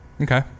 Okay